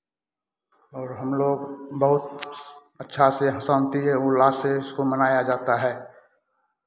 और हम लोग बहुत अच्छा से शान्ति से उल्लास से इसको मनाया जाता है